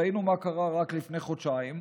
ראינו מה קרה רק לפני חודשיים.